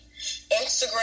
instagram